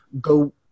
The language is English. go